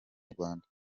rwanda